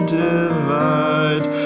divide